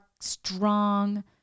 strong